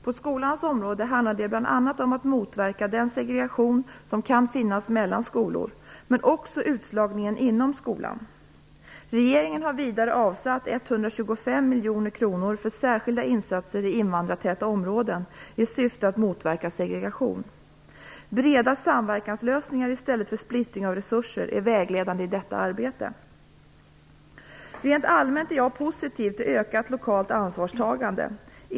På skolans område handlar det bl.a. om att motverka den segregation som kan finnas mellan skolor, men också om utslagningen inom skolan. Regeringen har vidare avsatt 125 miljoner kronor för särskilda insatser i invandrartäta områden i syfte att motverka segregation. Breda samverkanslösningar i stället för splittring av resurser är vägledande i detta arbete. Rent allmänt är jag positiv till ökat lokalt ansvarstagande.